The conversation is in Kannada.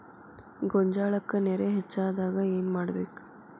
ಗೊಂಜಾಳಕ್ಕ ನೇರ ಹೆಚ್ಚಾದಾಗ ಏನ್ ಮಾಡಬೇಕ್?